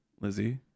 lizzie